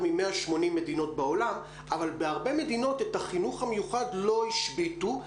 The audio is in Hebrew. מ-180 מדינות בעולם - אבל בהרבה מדינות את החינוך המיוחד לא השביתו,